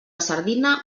sardina